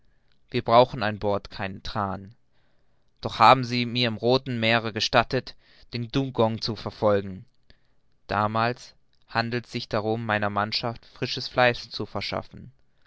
wir brauchen an bord keinen thran doch haben sie mir im rothen meere gestattet den dugong zu verfolgen damals handelte sich's darum meiner mannschaft frisches fleisch zu verschaffen